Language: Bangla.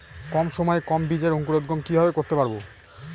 কম সময়ে গম বীজের অঙ্কুরোদগম কিভাবে করতে পারব?